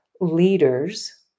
leaders